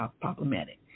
problematic